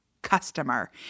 customer